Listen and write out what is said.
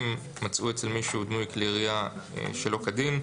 אם מצאו אצל מישהו דמוי כלי ירייה שלא כדין,